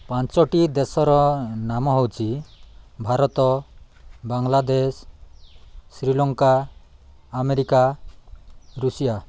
ପାଞ୍ଚଟି ଦେଶର ନାମ ହେଉଛି ଭାରତ ବାଂଲାଦେଶ ଶ୍ରୀଲଙ୍କା ଆମେରିକା ଋଷିଆ